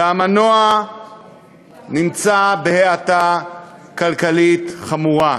והמנוע נמצא בהאטה כלכלית חמורה.